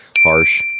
Harsh